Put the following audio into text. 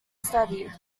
studied